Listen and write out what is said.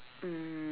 um